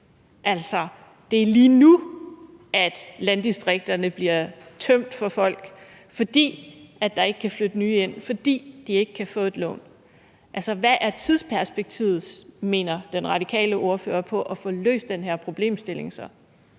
altså lige nu, at landdistrikterne bliver tømt for folk, for der kan ikke flytte nye ind, fordi de ikke kan få et lån. Altså, hvad er tidsperspektivet ifølge den radikale ordfører for at få løst den her problemstilling?